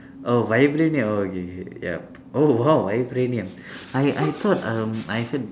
oh vibranium oh K K yup oh !wow! vibranium I I thought um I heard